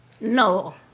No